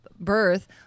birth